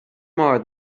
more